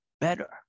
better